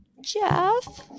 Jeff